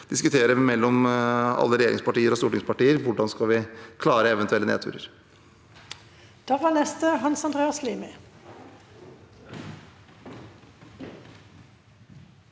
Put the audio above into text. diskutere mellom alle regjeringspartier og stortingspartier hvordan vi skal klare eventuelle nedturer.